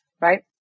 right